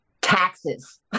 taxes